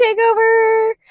Takeover